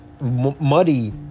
muddy